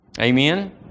Amen